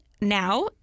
now